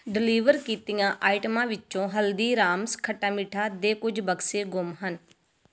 deliver ਕੀਤੀਆਂ ਆਈਟਮਾਂ ਵਿੱਚੋਂ ਹਲਦੀਰਾਮਸ ਖੱਟਾ ਮੀਠਾ ਦੇ ਕੁਝ ਬਕਸੇ ਗੁੰਮ ਹਨ